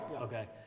Okay